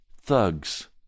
thugs